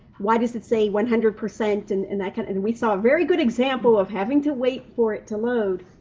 why does it say one hundred? and and like and and we saw a very good example of having to wait for it to load.